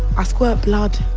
ah squirt blood